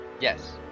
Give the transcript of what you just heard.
Yes